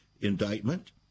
indictment